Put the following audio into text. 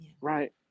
Right